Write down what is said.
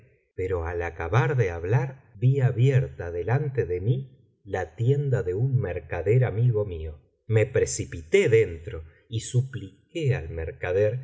pero al acabar de hablar vi abierta delante de mí la tienda de un mercader amigo mío me precipité dentro y supliqué al mercader